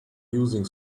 using